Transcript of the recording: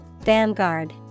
Vanguard